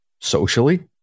socially